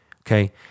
okay